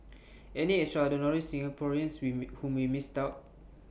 any extraordinary Singaporeans with whom we missed out